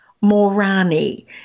Morani